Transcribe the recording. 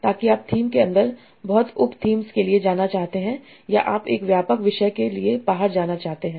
ताकि आप थीम के अंदर बहुत उप थीम्स के लिए जाना चाहते हैं या आप एक व्यापक विषय के लिए बाहर जाना चाहते हैं